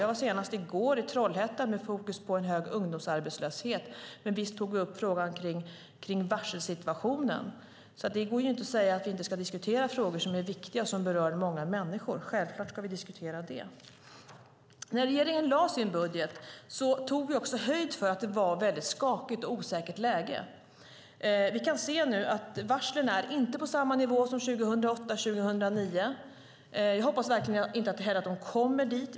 Jag var senast i går i Trollhättan, och besöket hade fokus på en hög ungdomsarbetslöshet, men visst tog vi upp frågan om varselsituationen. Det går inte att säga att vi inte ska diskutera frågor som är viktiga och som berör många människor. Självklart ska vi diskutera dem. När regeringen lade fram budgeten tog vi också höjd för att det var ett skakigt och osäkert läge. Vi kan se nu att varslen inte är på samma nivå som 2008-2009. Jag hoppas verkligen att de inte heller kommer dit.